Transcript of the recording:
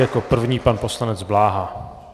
Jako první pan poslanec Bláha.